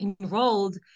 enrolled